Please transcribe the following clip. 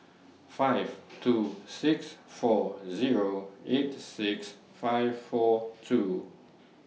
five two six four Zero eight six five four two